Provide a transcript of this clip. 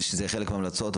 שזה יהיה חלק מההמלצות,